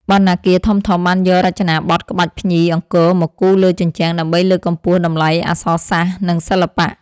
បណ្ណាគារធំៗបានយករចនាបថក្បាច់ភ្ញីអង្គរមកគូរលើជញ្ជាំង ដើម្បីលើកកម្ពស់តម្លៃអក្សរសាស្ត្រ និងសិល្បៈ។